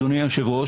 אדוני היושב-ראש,